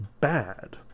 bad